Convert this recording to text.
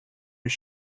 his